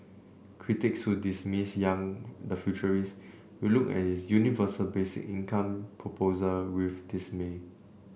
critics who dismiss Yang the futurist will look at is universal basic income proposal with dismay